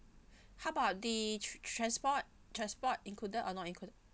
how about the tr~ transport transport included or not included